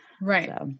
Right